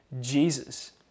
Jesus